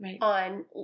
on